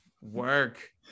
work